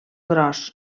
gros